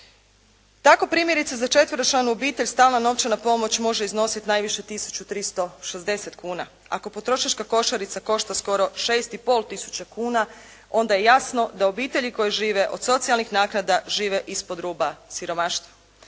Tako primjerice za četveročlanu obitelj stalna novčana pomoć može iznositi najviše tisuću 360 kuna. Ako potrošačka košarica košta skoro 6,5 tisuća kuna, onda je jasno da obitelji koje žive od socijalnih naknada, žive ispod ruba siromaštva.